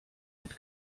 mit